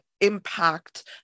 impact